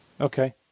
Okay